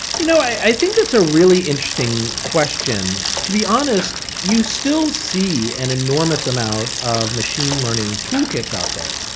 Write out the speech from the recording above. you know i think that's a really interesting question. to be honest, you still see an enormous amount of machine learning toolkits out there,